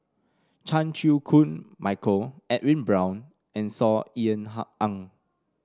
Chan Chew Koon Michael Edwin Brown and Saw Ean Ang